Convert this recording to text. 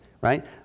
right